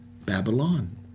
Babylon